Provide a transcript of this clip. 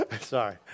Sorry